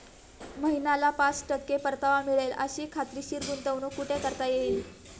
महिन्याला पाच टक्के परतावा मिळेल अशी खात्रीशीर गुंतवणूक कुठे करता येईल?